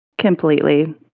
completely